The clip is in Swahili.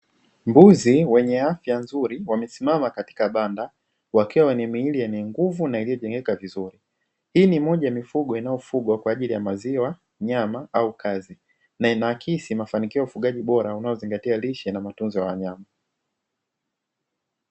Mbuzi wenye afya nzuri wamesimama katika banda, wakiwa na miili yenye nguvu na iliyojengeka vizuri. Hii ni moja ya mifugo inayofugwa kwa ajili ya maziwa, nyama au kazi, na inaakisi mafanikio ya ufugaji bora unaozingatia lishe na matunzo ya wanyama.